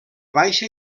baixa